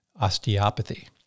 osteopathy